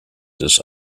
des